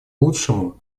лучшему